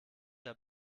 der